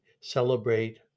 celebrate